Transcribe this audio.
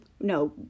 No